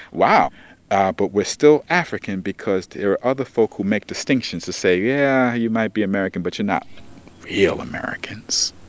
wow ah but we're still african because there are other folk who make distinctions that say, yeah, you might be american but you're not real americans